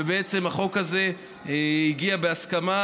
ובעצם החוק הזה הגיע בהסכמה,